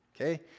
Okay